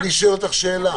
אני שואל אותך שאלה.